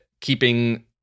keeping